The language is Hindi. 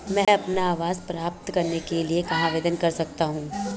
मैं अपना आवास प्राप्त करने के लिए कहाँ आवेदन कर सकता हूँ?